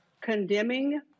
condemning